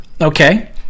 Okay